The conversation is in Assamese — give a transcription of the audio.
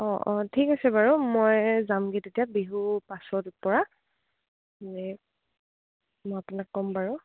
অঁ অঁ ঠিক আছে বাৰু মই যামগৈ তেতিয়া বিহুৰ পাছতপৰা এই মই আপোনাক ক'ম বাৰু